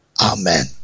Amen